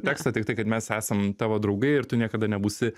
teksto tiktai kad mes esam tavo draugai ir tu niekada nebūsi